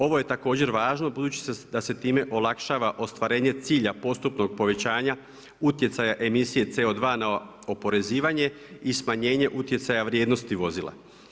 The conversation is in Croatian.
Ovo je također važno budući da se time olakšava ostvarenje cilja postupnog povećanja utjecaja emisije CO2 na oporezivanje i smanjenje utjecaja vrijednosti vozila.